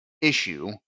issue